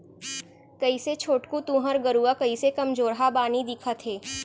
कइसे छोटकू तुँहर गरूवा कइसे कमजोरहा बानी दिखत हे